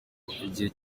igihe